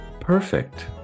perfect